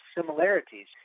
similarities